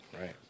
Right